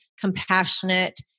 compassionate